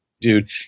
dude